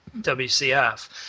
WCF